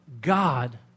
God